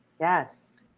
Yes